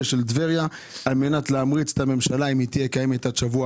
של טבריה על מנת להמריץ את הממשלה - אם היא תהיה קיימת עד שבוע